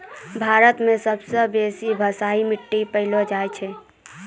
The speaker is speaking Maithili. भारत मे सबसे बेसी भसाठ मट्टी पैलो जाय छै